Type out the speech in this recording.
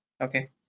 okay